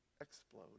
explode